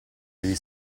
devi